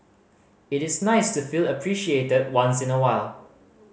it is nice to feel appreciated once in a while